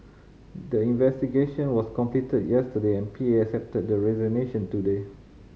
the investigation was completed yesterday and P A accepted the resignation today